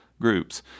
groups